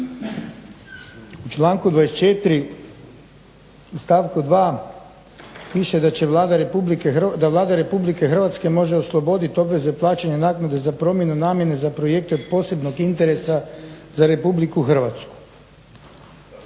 U članku 24. stavku 2. piše da "Vlada RH može osloboditi obveze plaćanja naknade za promjenu namjene za projekte od posebnog interesa za RH", a